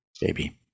baby